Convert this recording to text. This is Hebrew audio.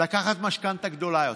לקחת משכנתה גדולה יותר.